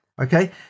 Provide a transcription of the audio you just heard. okay